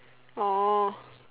oh